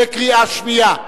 בקריאה שנייה.